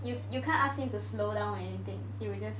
you you can't ask him to slow down or anything you you just